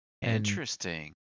Interesting